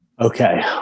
Okay